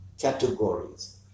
categories